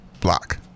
block